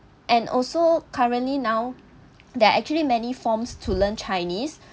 and also currently now there are actually many forms to learn chinese